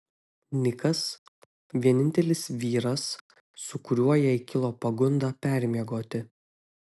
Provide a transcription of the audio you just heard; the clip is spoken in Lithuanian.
nikas vienintelis vyras su kuriuo jai kilo pagunda permiegoti